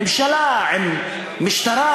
ממשלה עם משטרה,